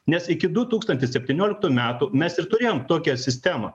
nes iki du tūkstantis septynioliktų metų mes ir turėjom tokią sistemą